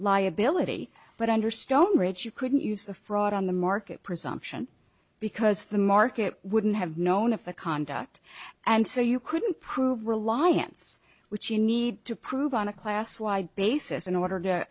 liability but under stonebridge you couldn't use the fraud on the market presumption because the market wouldn't have known of the conduct and so you couldn't prove reliance which you need to prove on a class wide basis in order to